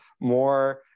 more